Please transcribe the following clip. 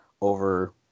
over